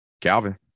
Calvin